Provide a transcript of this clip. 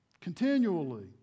Continually